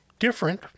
Different